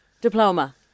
diploma